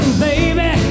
baby